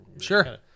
Sure